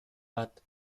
bad